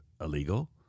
illegal